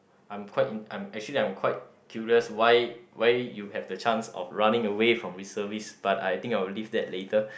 I'm quite uh actually I'm quite curious why why you have the chance of running away from reservist but I think I will leave that later